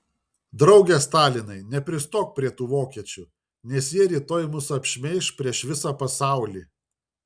drauge stalinai nepristok prie tų vokiečių nes jie rytoj mus apšmeiš prieš visą pasaulį